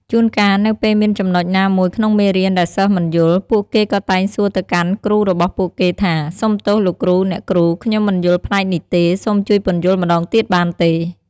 ជួនកាល នៅពេលមានចំណុចណាមួយក្នុងមេរៀនដែលសិស្សមិនយល់ ពួកគេក៏តែងសួរទៅកាន់គ្រូរបស់ពួកគេថា សុំទោស លោកគ្រូ អ្នកគ្រូ ខ្ញុំមិនយល់ផ្នែកនេះទេ សូមជួយពន្យល់ម្ដងទៀតបានទេ។